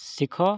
ଶିଖ